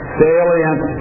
salient